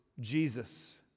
Jesus